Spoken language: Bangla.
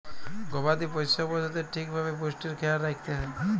গবাদি পশ্য পশুদের ঠিক ভাবে পুষ্টির খ্যায়াল রাইখতে হ্যয়